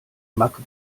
macke